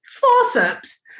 forceps